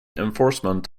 enforcement